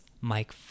Mike